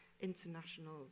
International